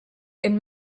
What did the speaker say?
and